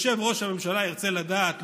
ראש הממשלה ירצה לדעת,